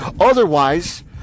Otherwise